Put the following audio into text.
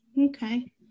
Okay